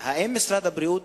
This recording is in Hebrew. האם משרד הבריאות